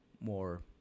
more